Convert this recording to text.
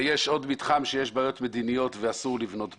ויש עוד מתחם שיש בעיות מדיניות ואסור לבנות בו,